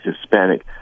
Hispanic